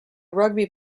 rugby